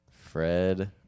Fred